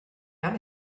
down